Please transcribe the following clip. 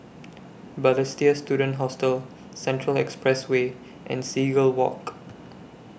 Balestier Student Hostel Central Expressway and Seagull Walk